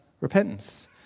repentance